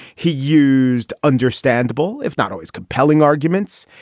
he used understandable, if not always compelling arguments.